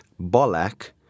Bolak